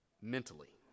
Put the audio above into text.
mentally